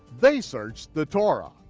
they searched the torah.